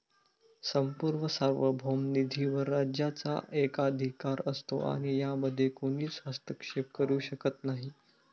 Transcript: संपूर्ण सार्वभौम निधीवर राज्याचा एकाधिकार असतो आणि यामध्ये कोणीच हस्तक्षेप करू शकत नाही